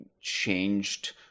changed